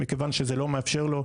מכיוון שזה לא מאפשר לו,